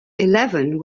eleven